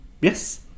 Yes